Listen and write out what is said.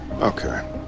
Okay